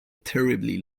terribly